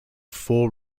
four